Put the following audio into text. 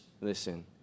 listen